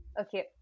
Okay